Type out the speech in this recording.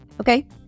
Okay